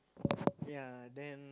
yeah then